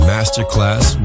Masterclass